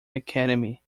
academy